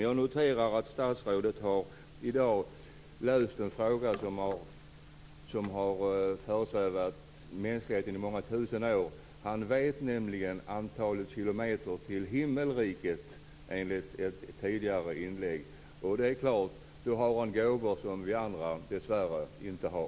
Jag noterar dock att statsrådet i dag har löst en fråga som har föresvävat mänskligheten i många tusen år. Han vet nämligen antalet kilometer till himmelriket, enligt ett tidigare inlägg. Då har han gåvor som vi andra dessvärre inte har.